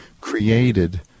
created